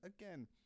again